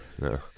no